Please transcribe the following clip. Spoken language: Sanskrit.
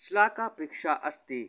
श्लाकापिक्ष अस्ति